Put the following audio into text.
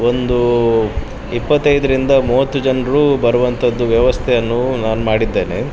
ಒಂದು ಇಪ್ಪತ್ತೈದರಿಂದ ಮೂವತ್ತು ಜನರು ಬರುವಂಥದ್ದು ವ್ಯವಸ್ಥೆಯನ್ನು ನಾನು ಮಾಡಿದ್ದೇನೆ